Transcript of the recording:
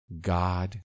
God